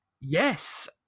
Yes